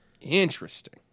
Interesting